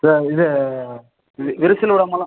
sir இது விரிசல் விடாமலும்